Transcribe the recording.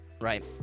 right